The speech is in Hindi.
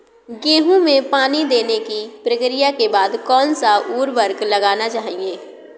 गेहूँ में पानी देने की प्रक्रिया के बाद कौन सा उर्वरक लगाना चाहिए?